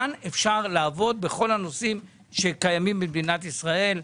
שכאן אפשר לעבוד בכל הנושאים שקיימים במדינת ישראל,